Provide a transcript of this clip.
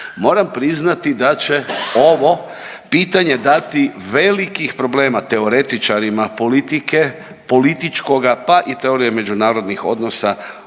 Moram priznati da će ovo pitanje dati velikih problema teoretičarima politike, političkoga pa i teorije međunarodnih odnosa u